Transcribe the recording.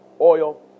Oil